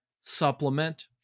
supplement